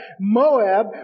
Moab